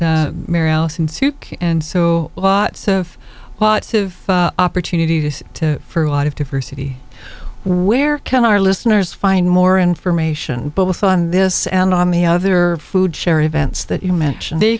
suki and so lots of lots of opportunities to for a lot of diversity where can our listeners find more information both on this and on the other food share events that you mentioned they